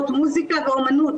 מוסיקה ואומנות,